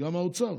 האוצר.